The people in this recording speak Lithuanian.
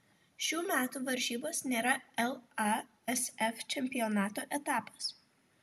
šių metų varžybos nėra lasf čempionato etapas